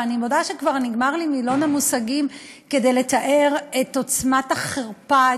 ואני מודה שכבר נגמר לי מילון המושגים כדי לתאר את עוצמת החרפה,